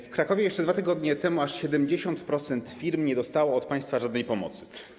W Krakowie jeszcze 2 tygodnie temu aż 70% firm nie dostało od państwa żadnej pomocy.